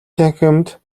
танхимд